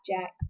Jack